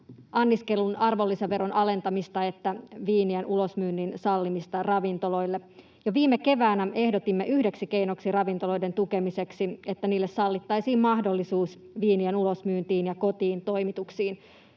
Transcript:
anniskelun arvonlisäveron alentamista että viinien ulosmyynnin sallimista ravintoloille. Jo viime keväänä ehdotimme yhdeksi keinoksi ravintoloiden tukemiseksi, että niille sallittaisiin mahdollisuus viinien ulosmyyntiin ja kotiintoimituksiin.